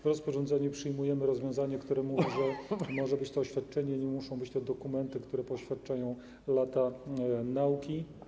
W rozporządzeniu przyjmujemy rozwiązanie, że może być to oświadczenie, nie muszą być to dokumenty, które poświadczają lata nauki.